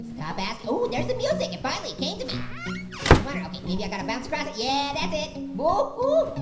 stop asking. oh, there's the music, it finally came to me. i was wonderin', okay, maybe i gotta bounce across it, yeah, that's it. boo-hoo,